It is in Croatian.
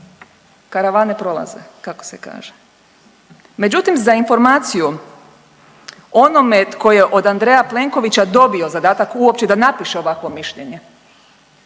karavane prolaze kako se kaže. Međutim za informaciju onome tko je od Andreja Plenkovića dobio zadatak uopće da napiše ovakvo mišljenje,